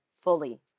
fully